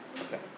Okay